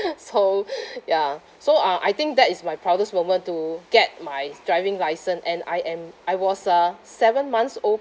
so ya so uh I think that is my proudest moment to get my driving license and I am I was uh seven months old